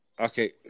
Okay